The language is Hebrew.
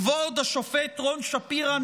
כבוד השופט רון שפירא,